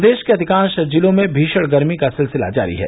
प्रदेश के अधिकांश जिलों में भीषण गर्मी का सिलसिला जारी है